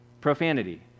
Profanity